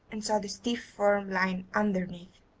and saw the stiff form lying underneath.